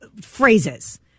phrases